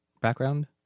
background